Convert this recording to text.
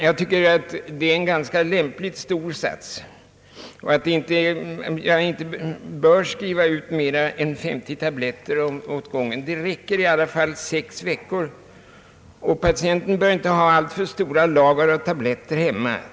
Jag tycker att den satsen är lagom stor och att jag inte bör skriva ut mer än 50 tabletter åt gången — det räcker i alla fall mer än sex veckor och patienten bör inte ha alltför stora lager av tabletter hemma.